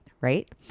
right